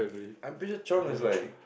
I'm pretty sure chiong is like